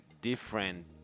different